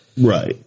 Right